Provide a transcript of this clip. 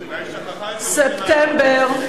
ספטמבר,